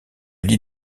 lie